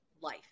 life